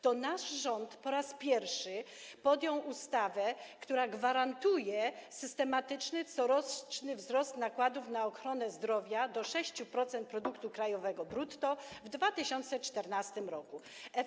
To nasz rząd po raz pierwszy przyjął ustawę, która gwarantuje systematyczny, coroczny wzrost nakładów na ochronę zdrowia - do 6% produktu krajowego brutto w 2024 r.